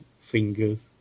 fingers